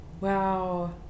wow